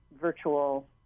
virtual